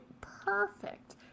perfect